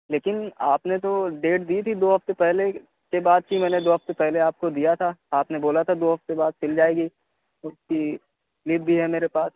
لیکن آپ نے تو ڈیٹ دی تھی دو ہفتے پہلے کے بعد کی میں نے دو ہفتے پہلے آپ کو دیا تھا آپ نے بولا تھا دو ہفتے بعد سل جائے گی اس کی سلیپ بھی ہے میرے پاس